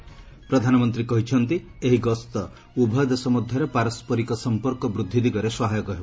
ପ୍ରଧାନମନ୍ତ୍ରୀ କହିଛନ୍ତି ଏହି ଗସ୍ତ ଉଭୟ ଦେଶ ମଧ୍ୟରେ ପାରସରିକ ସମ୍ପର୍କ ବୃଦ୍ଧି ଦିଗରେ ସହାୟକ ହେବ